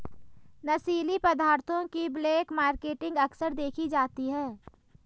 नशीली पदार्थों की ब्लैक मार्केटिंग अक्सर देखी जाती है